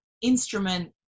instrument